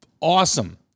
awesome